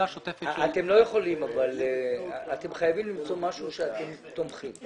אתם חייבים למצוא משהו שאתם תומכים בו.